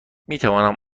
میتوانم